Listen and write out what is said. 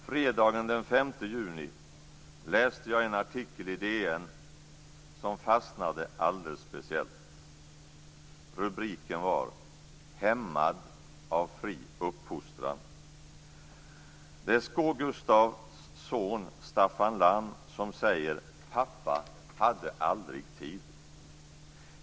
Fredagen den 5 juni läste jag en artikel i DN som fastnade alldeles speciellt. Rubriken var Hämmad av fri uppfostran. Det är Skå-Gustavs son, Staffan Lamm som säger: Pappa hade aldrig tid.